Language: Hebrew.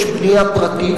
יש בנייה פרטית,